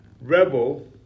rebel